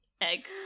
egg